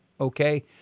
okay